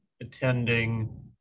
attending